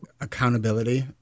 accountability